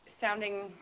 sounding